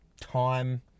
time